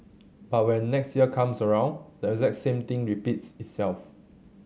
but when next year comes around the exact same thing repeats itself